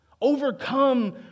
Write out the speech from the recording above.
Overcome